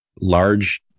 large